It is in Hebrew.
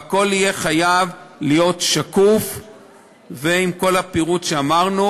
והכול יהיה חייב להיות שקוף ועם כל הפירוט שאמרנו.